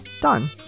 done